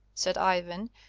said ivan,